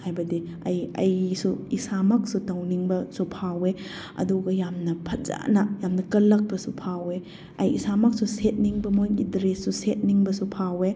ꯍꯥꯏꯕꯗꯤ ꯑꯩ ꯑꯩꯁꯨ ꯏꯁꯥꯃꯛꯁꯨ ꯇꯧꯅꯤꯡꯕꯁꯨ ꯐꯥꯎꯏ ꯑꯗꯨꯒ ꯌꯥꯝꯅ ꯐꯖꯅ ꯌꯥꯝꯅ ꯀꯜꯂꯛꯄꯁꯨ ꯐꯥꯎꯏ ꯑꯩ ꯏꯁꯥꯃꯛꯁꯨ ꯁꯦꯠꯅꯤꯡꯕ ꯃꯣꯏꯒꯤ ꯗ꯭ꯔꯦꯁꯇꯨ ꯁꯦꯠꯅꯤꯡꯕꯁꯨ ꯐꯥꯎꯏ